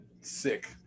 sick